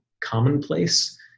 commonplace